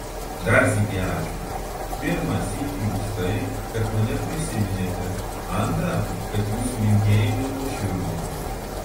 dar sykį ačiū pirmą sykį už tai kad mane prisiminėte antrą kad jūsų linkėjimai nuoširdūs